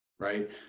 Right